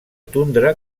tundra